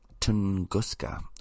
Tunguska